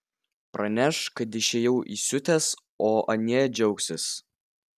praneš kad išėjau įsiutęs o anie džiaugsis